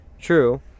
true